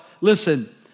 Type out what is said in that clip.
Listen